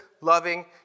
loving